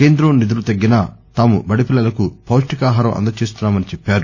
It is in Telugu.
కేంద్రం నిధులు తగ్గించినా తాము బడిపిల్లలకు పొప్టికాహారం అందజేస్తున్నామని చెప్పారు